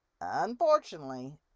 Unfortunately